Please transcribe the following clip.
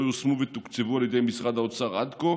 יושמו ותוקצבו על ידי משרד האוצר עד כה